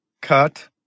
cut